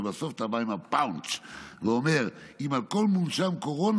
ולבסוף אתה בא עם הפאנץ' ואומר: "על כל מונשם קורונה